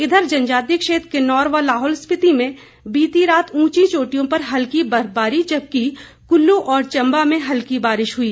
इधर जनजातीय क्षेत्र किन्नौर व लाहौल स्पीति में बीती रात उंची चोटियों पर हल्की बर्फबारी जबकि कुल्लू और चंबा में हल्की बारिश हुई